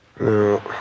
No